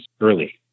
early